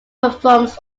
performs